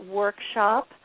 workshop